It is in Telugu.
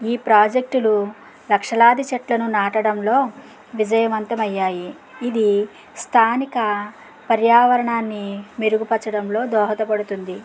ఈ ప్రాజెక్ట్లు లక్షలాది చెట్లను నాటడంలో విజయవంతమయ్యాయి ఇవి స్థానిక పర్యావరణాన్ని మెరుగుపరచడంలో దోహదపడుతుంది